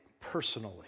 personally